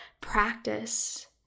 practice